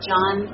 John